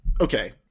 Okay